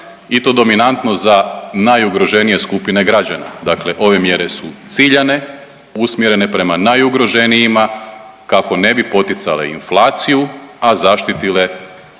i to dominantno za najugroženije skupine građana, dakle ove mjere su ciljane, usmjerene prema najugroženijima kako ne bi poticale inflaciju, a zaštitile